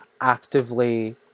actively